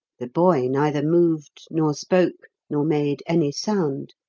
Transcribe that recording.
the boy neither moved nor spoke nor made any sound.